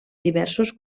diversos